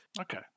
Okay